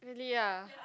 really ah